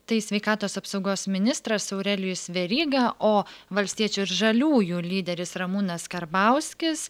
tai sveikatos apsaugos ministras aurelijus veryga o valstiečių ir žaliųjų lyderis ramūnas karbauskis